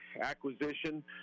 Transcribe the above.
acquisition